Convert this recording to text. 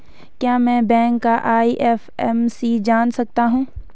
क्या मैं बैंक का आई.एफ.एम.सी जान सकता हूँ?